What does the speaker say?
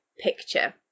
Picture